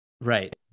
Right